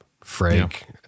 Frank